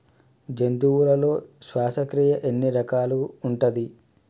జంతువులలో శ్వాసక్రియ ఎన్ని రకాలు ఉంటది?